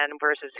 versus